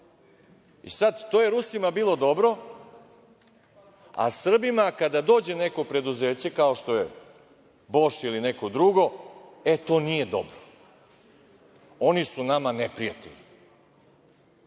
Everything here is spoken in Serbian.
To je Rusima bilo dobro, a Srbima kada dođe neko preduzeće kao što je "Boš" ili neko drugi, e, to nije dobro. Oni su nama neprijatelji.